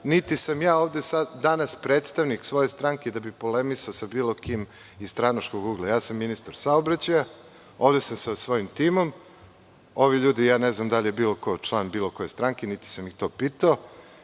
niti sam ja ovde danas predstavnik svoje stranke, da bi polemisao sa bilo kim iz stranačkog ugla. Ja sa ministar saobraćaja, ovde sam sa svojim timom. Ovi ljudi, ne znam da li je bilo ko član bilo koje stranke, niti sam ih to pitao.